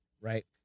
Right